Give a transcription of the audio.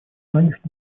многих